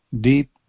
deep